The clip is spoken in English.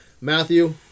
Matthew